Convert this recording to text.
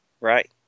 right